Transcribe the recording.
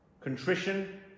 Contrition